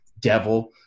Devil